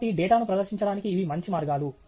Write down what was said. కాబట్టి డేటాను ప్రదర్శించడానికి ఇవి మంచి మార్గాలు